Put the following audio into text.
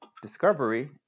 Discovery